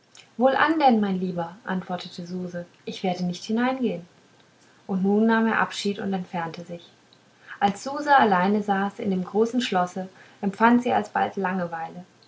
wohlan denn mein lieber antwortete suse ich werde nicht hineingehn und nun nahm er abschied und entfernte sich als suse allein saß in dem großen schlosse empfand sie alsbald langeweile